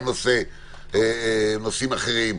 גם נושאים אחרים,